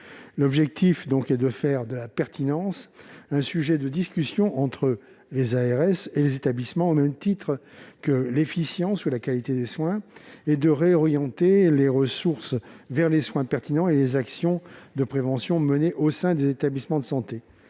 inutiles, en faisant de la pertinence des soins un sujet de discussion entre les ARS et les établissements, au même titre que l'efficience ou la qualité des soins, afin de réorienter les ressources vers les soins pertinents et les actions de prévention menées au sein des établissements de santé.